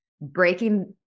breaking